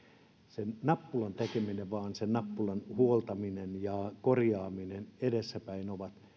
sen nappulan tekeminen sen nappulan huoltaminen ja korjaaminen ovat edessäpäin